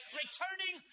returning